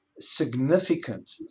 Significant